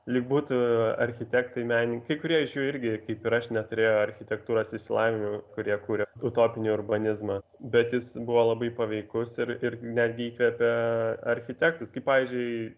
lyg būtų architektai menininkai kai kurie iš jų irgi kaip ir aš neturėjo architektūros išsilavinimo kurie kūrė utopinį urbanizmą bet jis buvo labai paveikus ir ir netgi įkvėpė architektus kaip pavyzdžiui